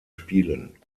spielen